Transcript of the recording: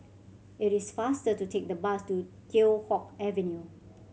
it is faster to take the bus to Teow Hock Avenue